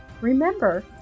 Remember